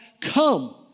come